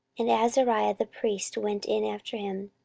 and azariah the priest went in after him,